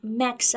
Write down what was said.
max